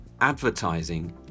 advertising